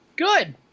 Good